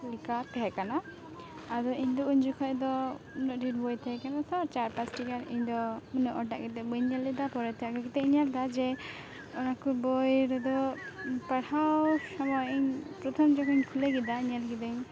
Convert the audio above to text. ᱞᱮᱠᱟ ᱛᱟᱦᱮᱸ ᱠᱟᱱᱟ ᱟᱫᱚ ᱤᱧᱫᱚ ᱩᱱᱡᱚᱠᱷᱮᱡ ᱫᱚ ᱩᱱᱟᱹᱜ ᱰᱷᱤᱨ ᱵᱳᱭ ᱛᱮᱦᱮᱸ ᱠᱟᱱᱟ ᱛᱚ ᱪᱟᱨᱼᱯᱟᱸᱪᱴᱤ ᱜᱟᱱ ᱤᱧᱫᱚ ᱩᱱᱟᱹᱜ ᱚᱴᱟᱜ ᱠᱟᱛᱮᱫ ᱵᱟᱹᱧ ᱧᱮᱞ ᱞᱮᱫᱟ ᱯᱚᱨᱮᱛᱮ ᱟᱹᱜᱩ ᱠᱟᱛᱮᱧ ᱧᱮᱞᱫᱟ ᱡᱮ ᱚᱱᱟᱠᱚ ᱵᱳᱭ ᱨᱮᱫᱚ ᱯᱟᱲᱦᱟᱣ ᱥᱚᱢᱚᱭ ᱤᱧ ᱯᱨᱚᱛᱷᱚᱢ ᱡᱚᱠᱷᱚᱱᱤᱧ ᱠᱷᱩᱞᱟᱹᱣ ᱠᱮᱫᱟ ᱧᱮᱞ ᱠᱮᱫᱟᱧ